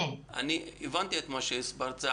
הבנתי את מה שהסברת.